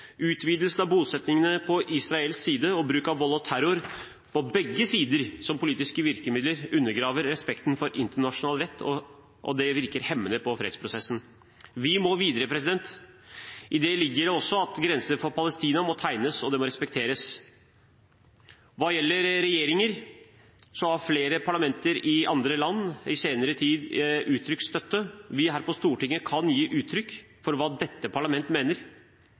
Utvidelsen av bosettingene på israelsk side og bruk av vold og terror på begge sider som politiske virkemidler undergraver respekten for internasjonal rett, og det virker hemmende på fredsprosessen. Vi må videre. I det ligger det også at grensene for Palestina må tegnes, og de må respekteres. Hva gjelder regjeringer, har flere parlamenter i andre land i senere tid uttrykt støtte. Vi her på Stortinget kan gi uttrykk for hva dette parlamentet mener,